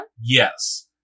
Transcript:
Yes